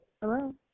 hello